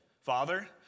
Father